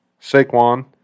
Saquon